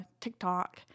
TikTok